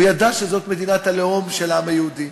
הוא ידע שזאת מדינת הלאום של העם היהודי.